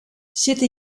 sitte